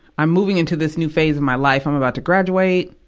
i'm moving into this new phase of my life i'm about to graduate.